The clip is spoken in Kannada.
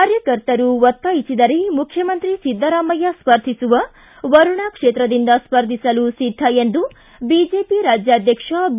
ಕಾರ್ಯಕರ್ತರು ಒತ್ತಾಯಿಸಿದರೆ ಮುಖ್ಯಮಂತ್ರಿ ಸಿದ್ದರಾಮಯ್ಯ ಸ್ವರ್ಧಿಸುವ ವರುಣಾ ಕ್ಷೇತ್ರದಿಂದ ಸ್ವರ್ಧಿಸಲು ಸಿದ್ದ ಎಂದು ಬಿಜೆಪಿ ರಾಜ್ಯಾಧ್ವಕ್ಷ ಬಿ